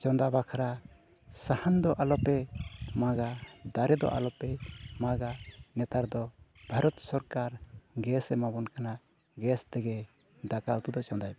ᱪᱚᱸᱫᱟ ᱵᱟᱠᱷᱨᱟ ᱥᱟᱦᱟᱱ ᱫᱚ ᱟᱞᱚᱯᱮ ᱢᱟᱜᱟ ᱫᱟᱨᱮ ᱫᱚ ᱟᱞᱚᱯᱮ ᱢᱟᱜᱟ ᱱᱮᱛᱟᱨ ᱫᱚ ᱵᱷᱟᱨᱚᱛ ᱥᱚᱨᱠᱟᱨ ᱜᱮᱥ ᱮ ᱮᱢᱟᱵᱚᱱ ᱠᱟᱱᱟ ᱜᱮᱥ ᱛᱮᱜᱮ ᱫᱟᱠᱟ ᱩᱛᱩ ᱫᱚ ᱪᱚᱸᱫᱟᱭ ᱯᱮ